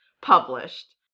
published